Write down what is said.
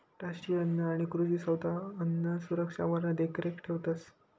राष्ट्रीय अन्न आणि कृषी संस्था अन्नसुरक्षावर देखरेख ठेवतंस